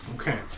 Okay